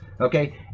okay